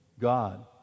God